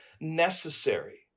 necessary